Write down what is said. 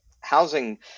housing